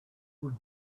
could